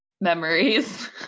memories